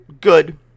Good